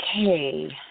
Okay